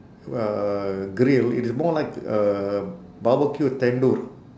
uh grill it's more like uh barbecue tandoor